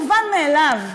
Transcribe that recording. מובן מאליו,